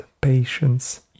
patience